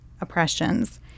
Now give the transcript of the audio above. oppressions